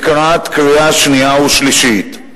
לקראת קריאה שנייה ושלישית.